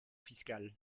fiscal